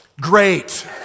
Great